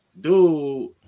dude